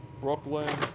Brooklyn